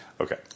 Okay